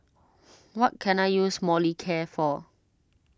what can I use Molicare for